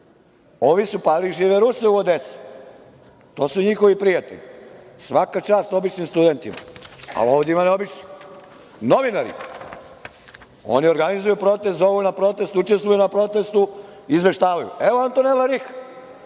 ovi su palili žive Ruse u Odesi, to su njihovi prijatelji. Svaka čast običnim studentima, ali, ovde ima neobičnih. Novinari, oni organizuju protest, zovu na protest, učestvuju na protestu, izveštavaju. Evo je Antonela Riha,